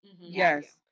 Yes